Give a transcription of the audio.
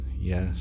Yes